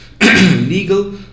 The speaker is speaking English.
legal